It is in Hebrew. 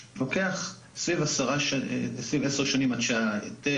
שלוקח סביב עשר שנים עד שהקרן